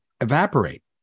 evaporate